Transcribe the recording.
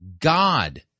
God